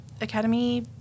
Academy